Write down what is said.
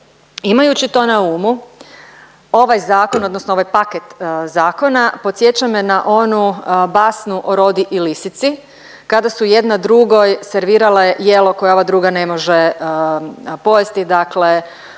Imajući to na umu ovaj zakon odnosno ovaj paket zakona podsjeća me na onu basnu o rodi i lisici kada su jedna drugoj servirale jelo koje ova druga ne može pojesti, dakle